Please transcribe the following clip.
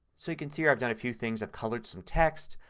so you can see here i've done a few things. i've colored some text.